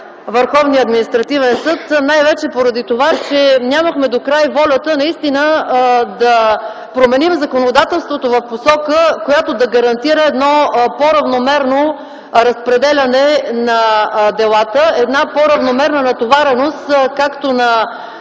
Върховния административен съд, най-вече поради това, че нямахме докрай волята наистина да променим законодателството в посока, която да гарантира едно по-равномерно разпределяне на делата, една по-равномерна натовареност както на